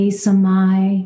samai